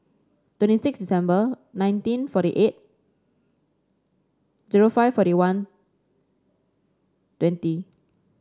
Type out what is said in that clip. twenty six December nineteen forty eight zero five forty one twenty